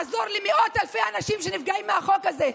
לעזור למאות אלפי אנשים שנפגעים מהחוק הזה,